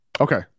Okay